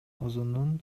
өзүнүн